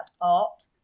art